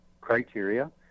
criteria